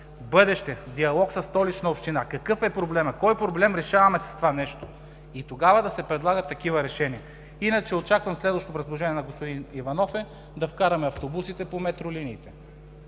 бъдеще в диалог със Столична община какъв е проблемът. Кой проблем решаваме с този текст? Тогава да се предлагат решения. Иначе очаквам следващото предложение на господин Иванов да бъде да вкараме автобусите по метролиниите